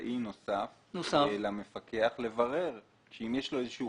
נוסף למפקח לברר, אם יש לו איזשהו